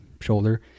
shoulder